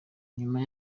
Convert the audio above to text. nyuma